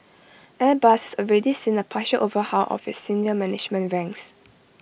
airbus has already seen A partial overhaul of its senior management ranks